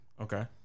Okay